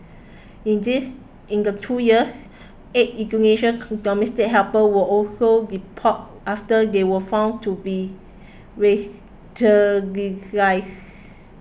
in this in the two years eight Indonesian domestic helpers were also deported after they were found to be